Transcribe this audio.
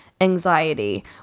anxiety